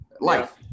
Life